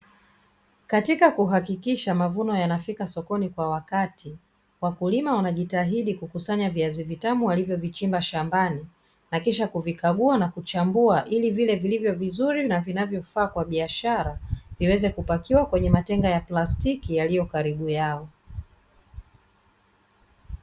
Katika kuhakikisha mavuno yanafika sokoni kwa wakati, wakulima wanajitahidi kukusanya viazi vitamu walivyovichimba shambani na kisha kuvikagua na kuchambua, ili vile vilivyo vizuri na vinavyofaa kwa biashara viweze kupakiwa kwenye matenga ya plastiki yaliyo karibu yao.